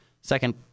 Second